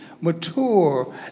mature